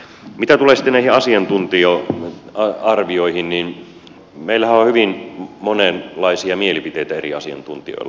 mitä tulee sitten näihin asiantuntija arvioihin niin meillähän on hyvin monenlaisia mielipiteitä eri asiantuntijoilla